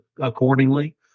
accordingly